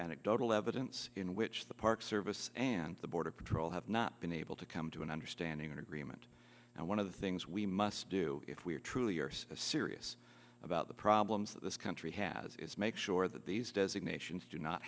anecdotal evidence in which the park service and the border patrol have not been able to come to an understanding and agreement and one of the things we must do if we are truly are serious about the problems of this country has is make sure that these designations do not